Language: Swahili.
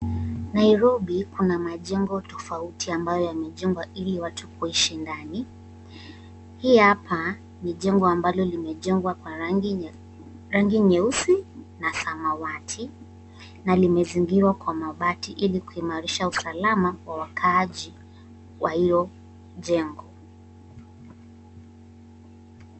Nairobi Kuna majengo tofauti ambayo yamejengwa ili watu kuishi ndani ,hii hapa ni jengo limejengwa kwa rangi nyeusi na samawati. Nalimezingirwa kwa mabati ili kuimarisha usalama wa wakaaji wa hilo jengo.